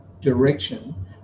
direction